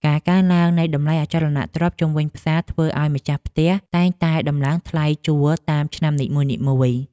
ការកើនឡើងនៃតម្លៃអចលនទ្រព្យជុំវិញផ្សារធ្វើឱ្យម្ចាស់ផ្ទះតែងតែដំឡើងថ្លៃជួលតាមឆ្នាំនីមួយៗ។